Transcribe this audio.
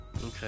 Okay